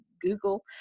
Google